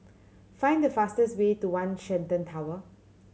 find the fastest way to One Shenton Tower